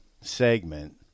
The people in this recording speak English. segment